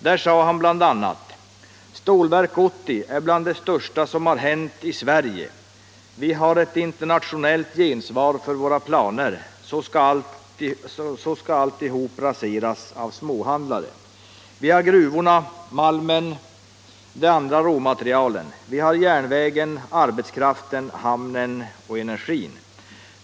Han sade där bl.a.: ”Stålverk 80 är bland det största som hänt Sverige. Vi har ett internationellt gensvar för våra planer. Så ska alltihop saboteras av småhandlare. —-—-—- Vi har gruvorna, malmen, de andra råmaterialen, vi har järnvägen, arbetskraften, hamnen, energin.